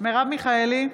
מרב מיכאלי,